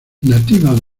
nativas